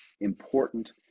important